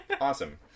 Awesome